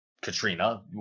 Katrina